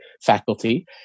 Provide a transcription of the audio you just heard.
faculty